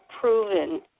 proven